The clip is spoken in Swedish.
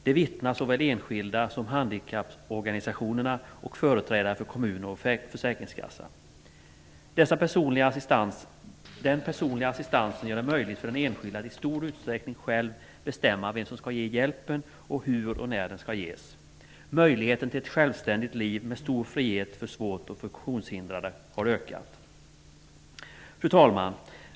Detta vittnar såväl enskilda som handikapporganisationer och företrädare för kommuner och försäkringskassa om. Den personliga assistansen gör det möjligt för den enskilde att i stor utsträckning själv bestämma vem som skall ge hjälpen och hur och när den skall ges. Möjligheten till ett självständigt liv med stor frihet för svårt funktionshindrade har ökat. Fru talman!